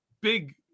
big